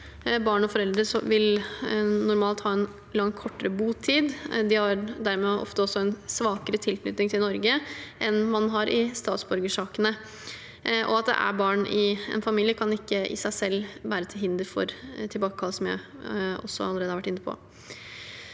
Barn og foreldre vil normalt ha en langt kortere botid. De har dermed ofte også en svakere tilknytning til Norge enn man har i statsborgersakene. At det er barn i en familie, kan i seg selv ikke være til hinder for tilbakekall, som jeg også allerede har vært inne på.